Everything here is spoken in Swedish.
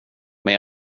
men